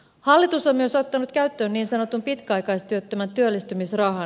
hallitus on myös ottanut käyttöön niin sanotun pitkäaikaistyöttömän työllistymisrahan